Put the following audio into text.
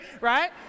right